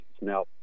now